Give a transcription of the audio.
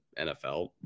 NFL